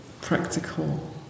practical